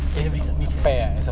every submission ya